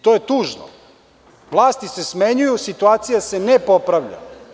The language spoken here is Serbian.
To je tužno, vlasti se smenjuju, a situacija se nije popravila.